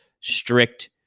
strict